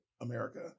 America